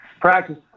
practice